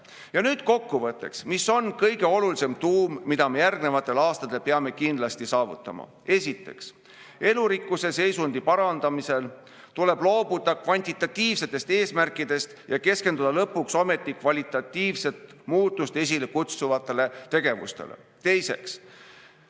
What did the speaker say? Ja nüüd kokkuvõtteks, mis on kõige olulisem tuum, mida me järgnevatel aastatel peame kindlasti saavutama. Esiteks, elurikkuse seisundi parandamisel tuleb loobuda kvantitatiivsetest eesmärkidest ja keskenduda lõpuks ometi kvalitatiivset muutust esile kutsuvatele tegevustele. Teiseks,